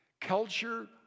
culture